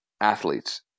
athletes